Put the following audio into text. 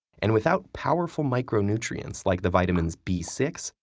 and without powerful micronutrients, like the vitamins b six,